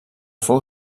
fou